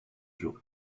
sur